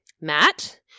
Matt